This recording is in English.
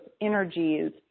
energies